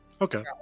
Okay